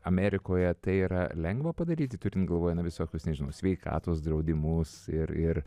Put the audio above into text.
amerikoje tai yra lengva padaryti turint galvoje na visokius nežinau sveikatos draudimus ir ir